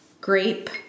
grape